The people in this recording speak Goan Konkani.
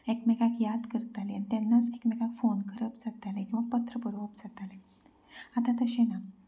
एकमेकांक याद करताली आनी तेन्नाच एकामेकांक फोन करप जातालें किंवा पत्र बरोवप जातालें आतां तशें ना